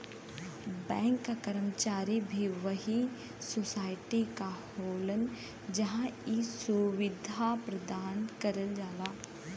bank क कर्मचारी भी वही सोसाइटी क होलन जहां इ सुविधा प्रदान करल जाला